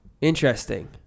interesting